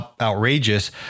outrageous